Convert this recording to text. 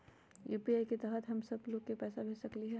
UPI के तहद हम सब लोग को पैसा भेज सकली ह?